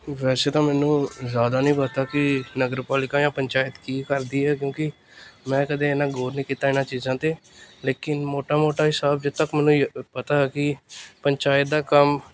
ਵੈਸੇ ਤਾਂ ਮੈਨੂੰ ਜ਼ਿਆਦਾ ਨਹੀਂ ਪਤਾ ਕਿ ਨਗਰ ਪਾਲਿਕਾ ਜਾਂ ਪੰਚਾਇਤ ਕੀ ਕਰਦੀ ਹੈ ਕਿਉਂਕਿ ਮੈਂ ਕਦੇ ਐਨਾ ਗੌਰ ਨਹੀਂ ਕੀਤਾ ਇਹਨਾਂ ਚੀਜ਼ਾਂ 'ਤੇ ਲੇਕਿਨ ਮੋਟਾ ਮੋਟਾ ਹੀ ਸਾਫ ਜਿੱਥੋਂ ਤੱਕ ਮੈਨੂੰ ਪਤਾ ਕਿ ਪੰਚਾਇਤ ਦਾ ਕੰਮ